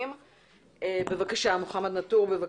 בבקשה.